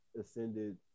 ascended